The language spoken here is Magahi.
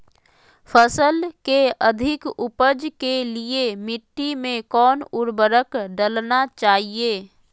फसल के अधिक उपज के लिए मिट्टी मे कौन उर्वरक डलना चाइए?